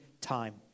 time